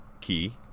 key